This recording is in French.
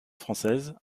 française